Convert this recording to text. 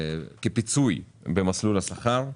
פיצוי במסלול השכר.